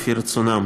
לפי רצונם.